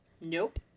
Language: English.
Nope